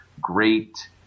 great –